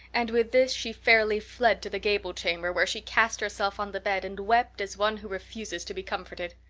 and with this she fairly fled to the gable chamber, where she cast herself on the bed and wept as one who refuses to be comforted.